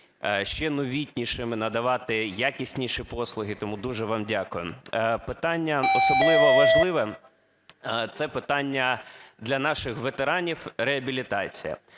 ще новітнішими, надавати якісніші послуги. Тому дуже вам дякую. Питання особливо важливе, це питання для наших ветеранів – реабілітація.